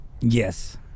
Yes